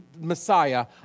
Messiah